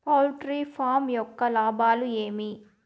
poultry farm యొక్క లాభాలు ఏమి